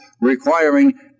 requiring